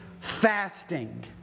fasting